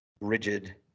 rigid